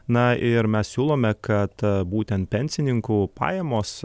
na ir mes siūlome kad būtent pensininkų pajamos